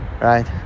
right